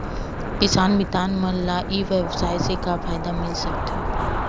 किसान मितान मन ला ई व्यवसाय से का फ़ायदा मिल सकथे?